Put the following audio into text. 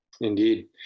Indeed